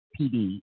PD